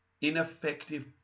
ineffective